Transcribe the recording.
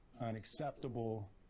unacceptable